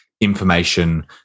information